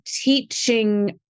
teaching